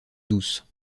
douce